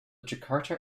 jakarta